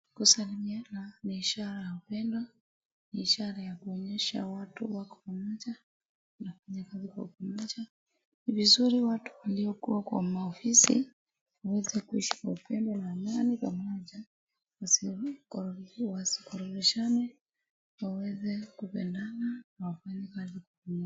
Kusalimiana ni ishara ya upendo, ni ishara ya kuonyesha watu wako pamoja, wanafanya kazi kwa pamoja. Ni vizuri watu waliokuwa kwa maofisi waweze kuishi kwa upendo na amani pamoja, wasikorofishane, waweze kupendana, wafanye kazi pamoja.